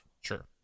sure